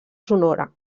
sonora